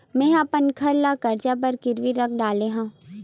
मेहा अपन घर ला कर्जा बर गिरवी रख डरे हव